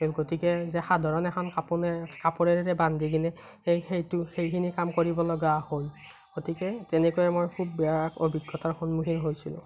গতিকে যে সাধাৰণ এখন কাপোনে কাপোৰেৰে বান্ধি কেনে সেই সেইটো সেইখিনি কাম কৰিবলগা হ'ল গতিকে তেনেকৈ আমাৰ খুব বেয়া অভিজ্ঞতাৰ সন্মুখীন হৈছিলোঁ